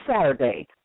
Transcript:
Saturday